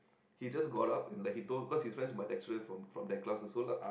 he just got up and like he told cause his friends my lecturer from from that class also lah